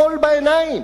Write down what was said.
חול בעיניים.